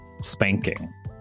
spanking